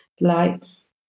Lights